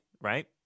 right